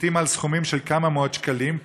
לעתים על סכומים של כמה מאות שקלים,